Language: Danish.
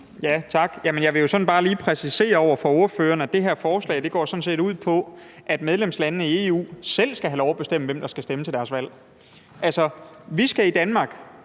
lige præcisere over for ordføreren, at det her forslag sådan set går ud på, at medlemslandene i EU selv skal have lov at bestemme, hvem der skal stemme til deres valg. Altså, vi skal i Danmark